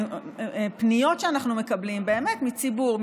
בפניות שאנחנו מקבלים באמת מציבור,